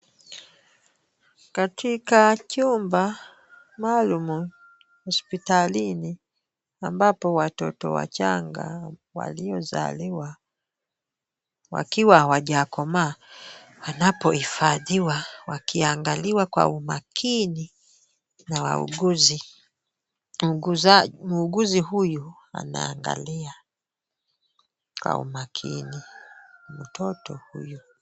Katika chumba maalum hospitalini ambapo watoto wachanga waliozaliwa wakiwa hawajakomaa wanapohifadhiwa wakiangaliwa kwa umakini na wauguzi. Muuguzi huyu anaangalia kwa umakini mtoto huyu.